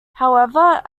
however